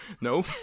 No